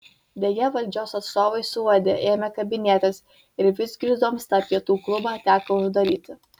deja valdžios atstovai suuodę ėmė kabinėtis ir vizgirdoms tą pietų klubą teko uždaryti